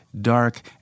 Dark